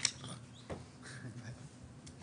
אנחנו במצגת כמו שמשה אמר, הבאנו סקטורים